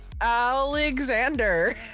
Alexander